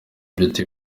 beauty